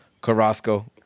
Carrasco